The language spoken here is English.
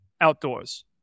outdoors